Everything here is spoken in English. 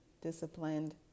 disciplined